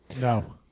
No